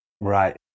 Right